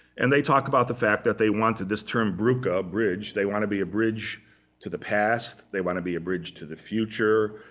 and they talk about the fact that they wanted this term, brucke, ah bridge they want to be a bridge to the past. they want to be a bridge to the future.